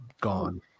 gone